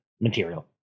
material